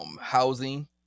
housing